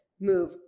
move